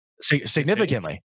significantly